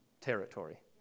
territory